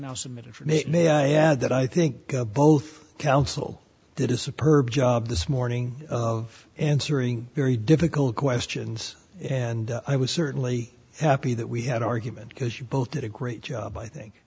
now submitted for me may i add that i think both counsel did a superb job this morning of answering very difficult questions and i was certainly happy that we had argument because you both did a great job i think